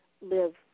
live